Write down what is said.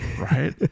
Right